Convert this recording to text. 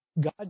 God